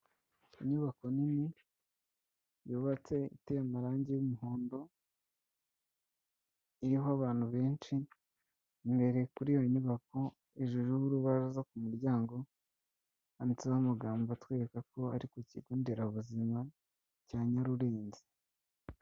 Inyubako nini yubatse iteye amarangi y'umuhondo, iriho abantu benshi imbere kuri iyo nyubako hejuru y'urubara ku muryango, handitseho amagambo atwereka ko ari ku kigonderabuzima cya Nyarurenge.